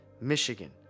Michigan